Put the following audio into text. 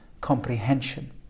comprehension